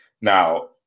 Now